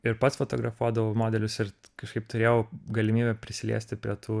ir pats fotografuodavau modelius ir kažkaip turėjau galimybę prisiliesti prie tų